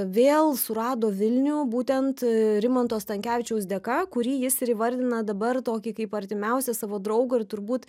vėl surado vilnių būtent rimanto stankevičiaus dėka kurį jis ir įvardina dabar tokį kaip artimiausią savo draugą ir turbūt